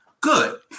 Good